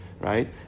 right